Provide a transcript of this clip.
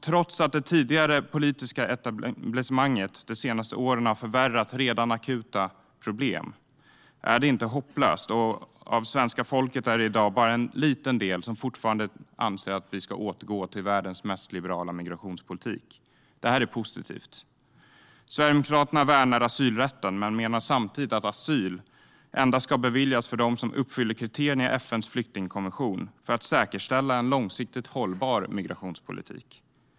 Trots att det tidigare politiska etablissemanget de senaste åren har förvärrat redan akuta problem är det inte hopplöst. Av svenska folket är det i dag bara en liten del som fortfarande anser att vi ska återgå till världens mest liberala migrationspolitik. Det här är positivt. Sverigedemokraterna värnar asylrätten men menar samtidigt att asyl endast ska beviljas dem som uppfyller kriterierna i FN:s flyktingkonvention för att säkerställa en långsiktigt hållbar migrationspolitik.